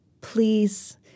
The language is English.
please